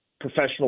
professional